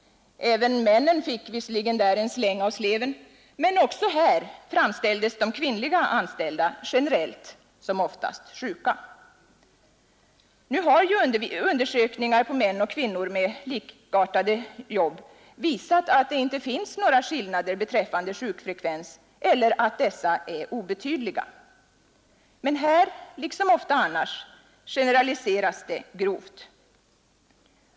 Även männen fick visserligen där en släng av sleven, men också här framställdes de kvinnliga anställda generellt som oftast sjuka. Nu har ju undersökningar på män och kvinnor med likartade jobb visat att det inte finns några skillnader beträffande sjukfrekvens eller att dessa är obetydliga. Men här liksom ofta annars generaliseras det grovt.